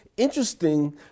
interesting